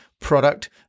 product